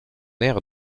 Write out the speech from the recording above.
aire